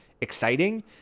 exciting